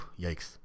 yikes